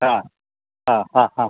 ആ ആ ആ ആ